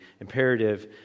imperative